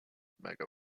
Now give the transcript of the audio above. mega